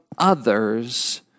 others